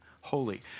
Holy